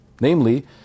namely